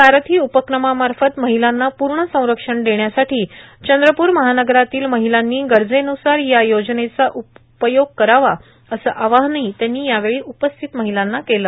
सारथी उपक्रमामार्फत महिलांना पूर्ण संरक्षण देण्यासाठी चंद्रपूर महानगरातील महिलांनी गरजेन्सार या योजनेचा उपयोग करावा असं आवाहनही त्यांनी यावेळी उपस्थित महिलांना केलं